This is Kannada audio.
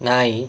ನಾಯಿ